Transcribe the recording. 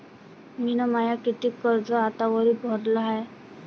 मिन माय कितीक कर्ज आतावरी भरलं हाय?